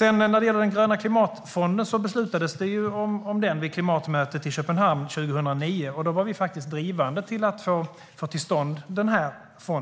När det gäller den gröna klimatfonden beslutades det om den vid klimatmötet i Köpenhamn 2009. Då var vi faktiskt drivande i att få den till stånd.